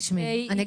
אז אין